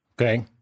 Okay